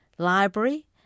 library